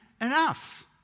enough